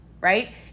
right